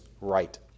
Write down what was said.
right